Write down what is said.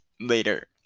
later